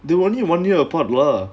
they only one year apart lah